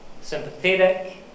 sympathetic